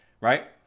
right